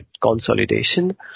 consolidation